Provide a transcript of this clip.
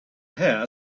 hare